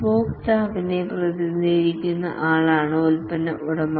ഉപഭോക്താവിനെ പ്രതിനിധീകരിക്കുന്നയാളാണ് പ്രോഡക്ട് ഉടമ